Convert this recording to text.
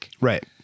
Right